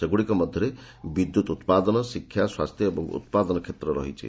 ସେଗୁଡିକ ବିଦ୍ୟୁତ ଉତ୍ପାଦନ ଶିକ୍ଷା ସ୍ୱାସ୍ଥ୍ୟ ଓ ଉତ୍ପାଦନ କ୍ଷେତ୍ର ରହିଛି